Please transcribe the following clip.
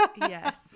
Yes